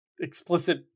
explicit